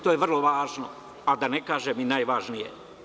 To je vrlo važno i da ne kažem i najvažnije.